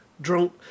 Drunk